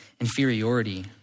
inferiority